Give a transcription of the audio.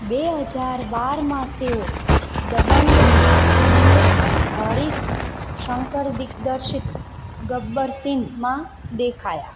બે હજાર બારમાં તેઓ દબંગની રિમેક હરીશ શંકર દિગ્દર્શિત ગબ્બર સિંઘમાં દેખાયા